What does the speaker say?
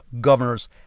governors